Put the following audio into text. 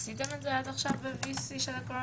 עשיתם את זה עד עכשיו ב-VC של הקורונה?